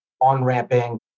on-ramping